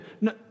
No